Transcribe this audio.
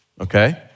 okay